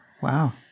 Wow